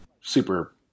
super